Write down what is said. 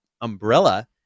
umbrella